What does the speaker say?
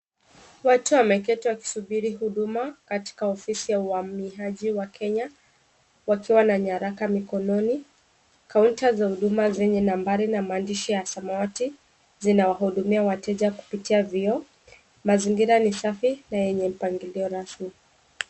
Watu wameketi wakisubiri huduma katika ofisi ya uhamiaji wa Kenya, wakiwa na nyaraka mikononi. Kaunta za huduma zenye nambari na maandishi ya samawati, zinawahudumia wateja kupitia vioo. Mazingira ni safi na yenye mpangilio rasmi.